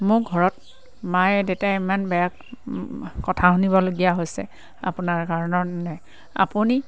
মোৰ ঘৰত মায়ে দেউতাই ইমান বেয়া কথা শুনিবলগীয়া হৈছে আপোনাৰ কাৰণৰ নে আপুনি